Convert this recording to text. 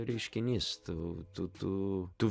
reiškinys tu tu tu tu